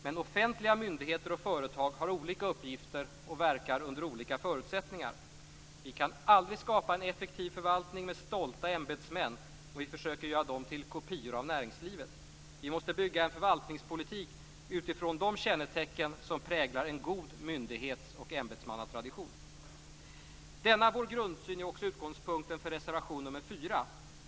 Men offentliga myndigheter och företag har olika uppgifter och verkar under olika förutsättningar. Vi kan aldrig skapa en effektiv förvaltning med stolta ämbetsmän om vi försöker göra dessa till kopior av näringslivets folk. Vi måste bygga en förvaltningspolitik utifrån de kännetecken som präglar en god myndighets och ämbetsmannatradition. Denna vår grundsyn är också utgångspunkten för reservation 4.